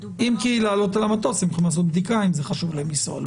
אם כי לעלות על המטוס הם צריכים לעשות בדיקה אם זה חשוב להם לנסוע,